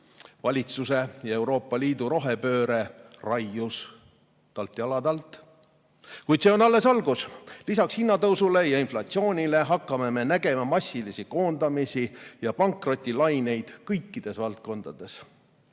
Valitsuse ja Euroopa Liidu rohepööre raius tal jalad alt. Kuid see on alles algus. Lisaks hinnatõusule ja inflatsioonile hakkame nägema massilisi koondamisi ja pankrotilaineid kõikides valdkondades.